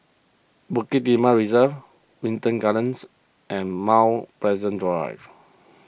Bukit Timah Reserve Wilton Gardens and Mount Pleasant Drive